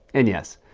and yes,